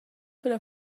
però